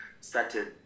started